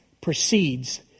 proceeds